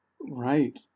Right